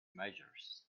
measures